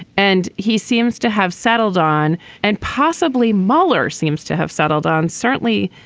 and he seems to have settled on and possibly moeller seems to have settled on certainly.